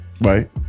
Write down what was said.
Right